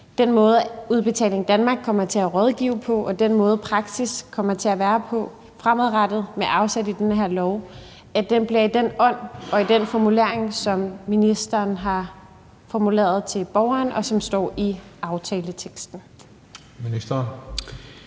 den måde, som Udbetaling Danmark kommer til at rådgive på, og den måde, som praksis kommer til at være på fremadrettet med afsæt i den her lov, bliver i den ånd og i den formulering, som ministeren har formuleret til borgeren, og som står i aftaleteksten. Kl.